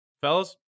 Fellas